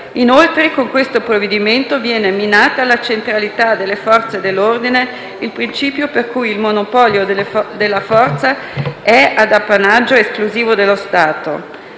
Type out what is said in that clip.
Inoltre, con il provvedimento in discussione viene minata la centralità delle Forze dell'ordine e il principio per cui il monopolio della forza è appannaggio esclusivo dello Stato.